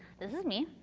this is me.